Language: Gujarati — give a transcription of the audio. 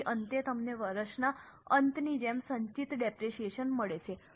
પછી અંતે તમને વર્ષના અંતની જેમ સંચિત ડેપરેશીયેશન મળે છે